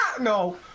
No